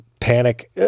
panic